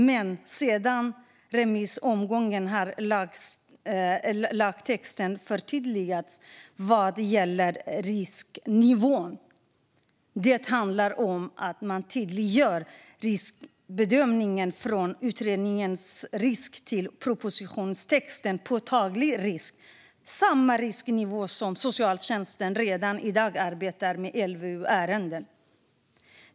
Men sedan remissomgången har lagtexten förtydligats vad gäller risknivån. Det handlar om att man har tydliggjort riskbedömningen, från utredningens "risk" till propositionstextens "påtaglig risk", alltså samma risknivå som socialtjänsten redan i dag arbetar med i LVU-ärenden.